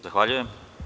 Zahvaljujem.